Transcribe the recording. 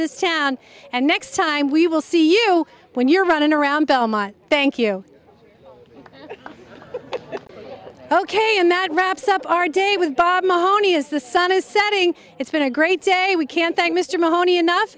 this town and next time we will see you when you're running around belmont thank you ok and that wraps up our day with bob mony as the sun is setting it's been a great day we can thank mr mahoney enough